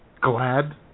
glad